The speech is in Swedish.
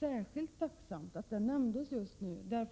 särskilt tacksamt att detta nämndes just nu.